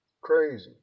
Crazy